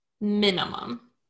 Minimum